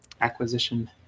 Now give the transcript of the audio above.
acquisition